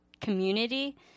community